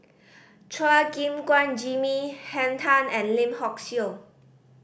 Chua Gim Guan Jimmy Henn Tan and Lim Hock Siew